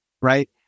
right